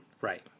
Right